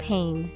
Pain